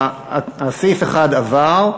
סעיף 1 עבר,